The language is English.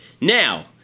now